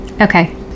Okay